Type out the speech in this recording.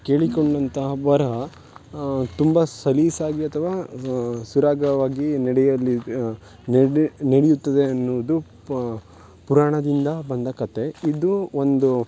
ಕೇಳಿಕೊಂಡಂತಹ ವರ ತುಂಬ ಸಲೀಸಾಗಿ ಅಥವಾ ಸರಾಗವಾಗಿ ನಡೆಯಲಿದ್ದು ನಡೆ ನಡೆಯುತ್ತದೆ ಅನ್ನುವುದು ಪುರಾಣದಿಂದ ಬಂದ ಕತೆ ಇದು ಒಂದು